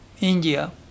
India